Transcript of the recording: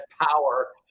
power